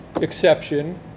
exception